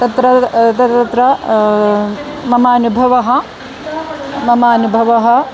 तत्र तत्र मम अनुभवः मम अनुभवः